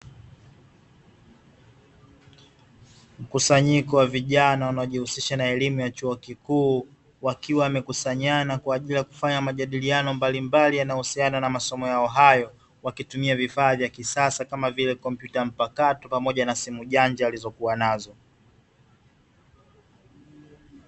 Mkusanyiko wa vijana, wanaojihusisha na elimu ya chuo kikuu wakiwa wamekusanyana kwa ajili ya kufanya majadiliana mambo mbalimbali yanayohusiana na masomo yao hayo, wakitumia vifaa vya kisasa kama vile kompyuta mpakato na simu janja walizokuwa nazo.